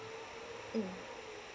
mm